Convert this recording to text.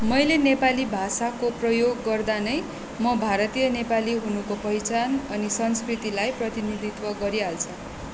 मैले नेपाली भाषाको प्रयोग गर्दा नै म भारतीय नेपाली हुनुको पहिचान अनि संस्कृतिलाई प्रतिनिधित्व गरिहाल्छ